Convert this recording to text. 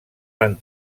van